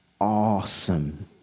awesome